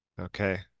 okay